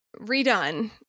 redone